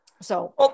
So-